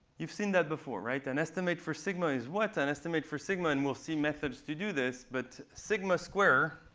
you've seen that before, right? an estimate for sigma is what? an estimate for sigma, and we'll see methods to do this, but sigma squared